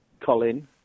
Colin